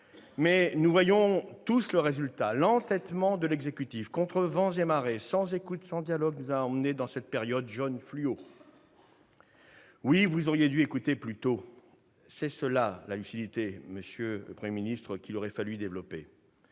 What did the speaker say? mais nous voyons tous le résultat. L'entêtement de l'exécutif contre vents et marées, sans écoute, sans dialogue, nous a conduits à cette période jaune fluo. Oui, vous auriez dû écouter plus tôt : telle est, monsieur le Premier ministre, la lucidité dont